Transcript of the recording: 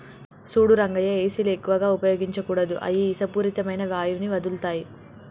సూడు రంగయ్య ఏసీలు ఎక్కువగా ఉపయోగించకూడదు అయ్యి ఇషపూరితమైన వాయువుని వదులుతాయి